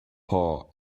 paw